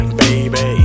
baby